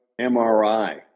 MRI